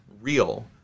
real